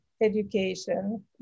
education